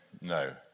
no